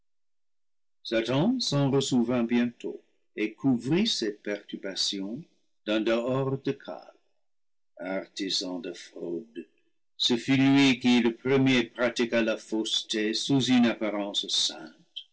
perdu s'en ressouvint bientôt et couvrit ses perturbations d'un dehors de calme artisan de fraude ce fut lui qui le premier pratiqua la fausseté sous une apparence sainte